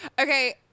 Okay